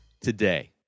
today